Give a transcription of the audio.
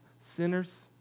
sinners